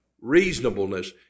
reasonableness